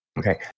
Okay